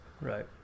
Right